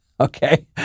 Okay